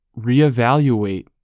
reevaluate